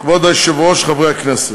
כבוד היושב-ראש,